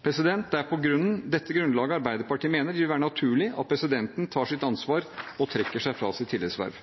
Det er på dette grunnlag Arbeiderpartiet mener det vil være naturlig at presidenten tar sitt ansvar og trekker seg fra sitt tillitsverv.